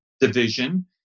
division